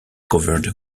covered